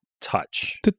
touch